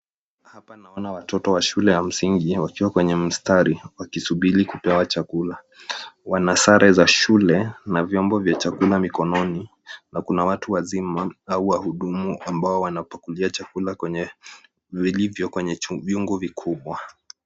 Hapa naona watoto wa shule ya msingi, wakiwa kwenye mstari wakisubiri kupewa chakula. Wana sare za shule na vyombo vya chakula mkononi na kuna watu wazima, au wahudumu ambao wanapakulia chakula vilivyo kwenye vyungu vikubwa.